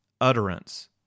utterance